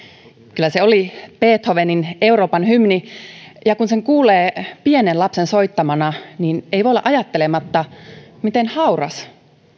kyllä se oli beethovenin euroopan hymni kun sen kuulee pienen lapsen soittamana ei voi olla ajattelematta miten hauras